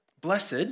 Blessed